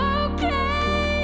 okay